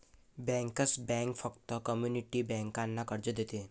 bankers bank फक्त community बँकांना कर्ज देते